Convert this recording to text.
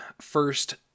first